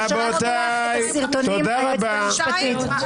אנחנו שלחנו לך את הסרטונים, ליועצת המשפטית.